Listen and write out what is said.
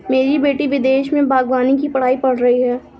मेरी बेटी विदेश में बागवानी की पढ़ाई पढ़ रही है